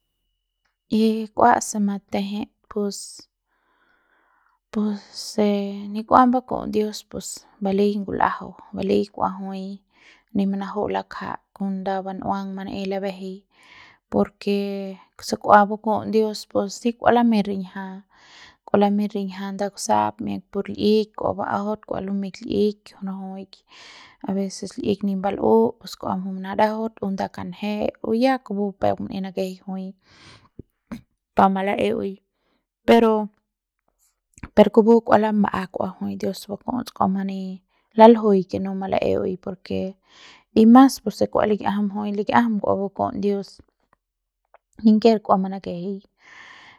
y kua se matejet pus pus se ni kua baku'uts dios balei ngul'ajau balei kua jui ni manaju'u lakajat kon nda bamnguang manei labejei por ke se kua baku'uts dios pus si kua lamei riñja kua lamei riñja nda kusap miak por l'ik kua ba'ajaut kua lumeik l'ik rajuik aveces l'ik nip bal'u pus kua jui manadajaut o nda kanje o ya kupu peuk manaei nakejei jui pa mala'eui pero per kupu kua lama'a kua jui dios baku'uts kua mani lal'jui ke no malae'eui por ke y mas pos si kua likiajam jui likiajam kua baku'uts dios ninker kua manakejei